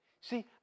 See